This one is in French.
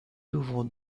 devons